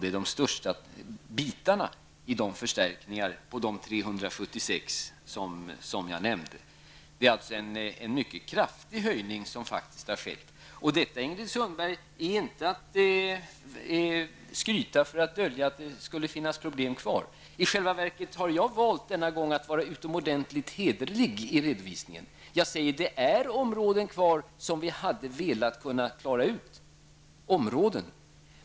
Det här är de största bitarna i fråga om de förstärkningar om 376 milj.kr. som jag tidigare nämnde. En mycket kraftig höjning av anslagen har således skett. Jag avser inte att skryta, Ingrid Sundberg, för att dölja några kvarstående problem. I själva verket jag denna gång valt att vara utomordentligt hederlig i min redovisning. Jag säger att det återstår områden som vi hade velat klara.